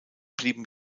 blieben